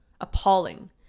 appalling